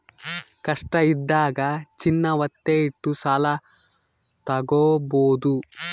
ಕಷ್ಟ ಇದ್ದಾಗ ಚಿನ್ನ ವತ್ತೆ ಇಟ್ಟು ಸಾಲ ತಾಗೊಬೋದು